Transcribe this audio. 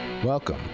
welcome